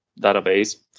database